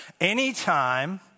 Anytime